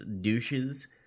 douches